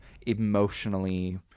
emotionally